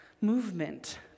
movement